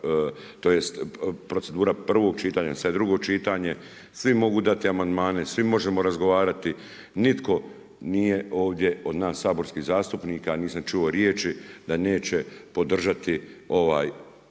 tj. procedura prvog čitanja sada je drugo čitanje, svi mogu dati amandmane, svi možemo razgovarati. Nitko nije ovdje od nas saborskih zastupnika, nisam čuo riječi da neće podržati ove